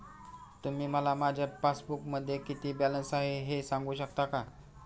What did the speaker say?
तुम्ही मला माझ्या पासबूकमध्ये किती बॅलन्स आहे हे सांगू शकता का?